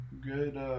good